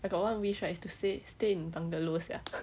I got one wish right is to say stay in bungalow sia